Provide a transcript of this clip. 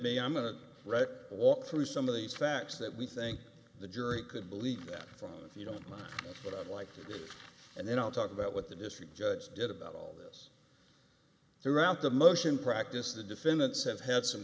to wreck a walk through some of these facts that we think the jury could believe that from if you don't know what i'd like to do and then i'll talk about what the district judge did about all this throughout the motion practice the defendants have had some